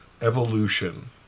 Evolution